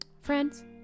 friends